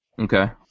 Okay